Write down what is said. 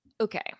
Okay